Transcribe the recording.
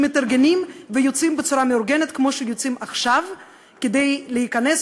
שמתארגנים ויוצאים בצורה מאורגנת כמו שיוצאים עכשיו כדי להיכנס